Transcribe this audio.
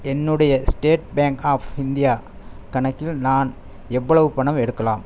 என்னுடைய state bank of India கணக்கில் நான் எவ்வளவு பணம் எடுக்கலாம்